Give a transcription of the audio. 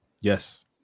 Yes